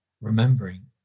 remembering